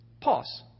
pause